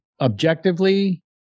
Objectively